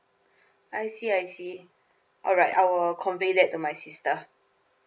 I see I see alright I will convey that to my sister